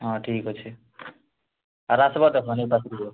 ହଁ ଠିକ୍ ଅଛି ଆର୍ ଆସିବାର୍ ଦେଖ ନେଇ ପାଖକୁ ଯିବ